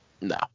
No